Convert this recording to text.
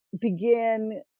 begin